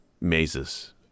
mazes